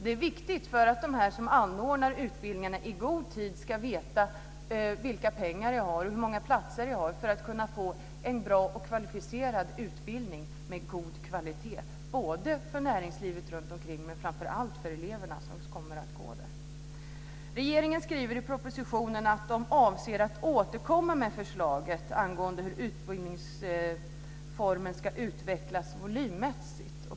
Det är viktigt för dem som anordnar utbildningarna att i god tid veta vilka pengar de har och hur många platser de har för att kunna ge en bra och kvalificerad utbildning med god kvalitet för näringslivet runtomkring, men framför allt för de elever som kommer att gå där. Regeringen skriver i propositionen att man avser att återkomma med förslag angående hur utbildningsformen ska utvecklas volymmässigt.